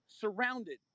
Surrounded